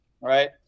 right